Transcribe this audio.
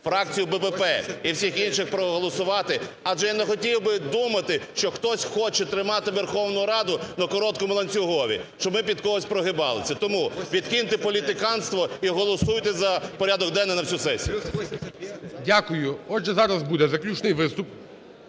фракцію БПП і всіх інших проголосувати, адже я не хотів би думати, що хтось хоче тримати Верхову Раду на короткому ланцюгові, щоб ми під когось прогибалися. Тому відкиньте політиканство і голосуйте за порядок денний на всю сесію. ГОЛОВУЮЧИЙ. Дякую. Отже, зараз буде заключний виступ,